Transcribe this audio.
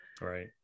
Right